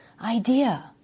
idea